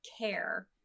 care